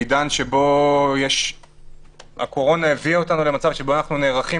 בעידן שבו הקורונה הביאה אותנו למצב שבו אנחנו נערכים